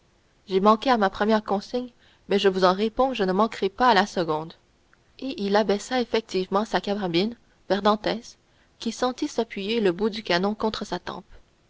j'ai manqué à ma première consigne mais je vous en réponds je ne manquerai pas à la seconde et il abaissa effectivement sa carabine vers dantès qui sentit s'appuyer le bout du canon contre sa tempe